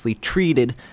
treated